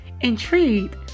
Intrigued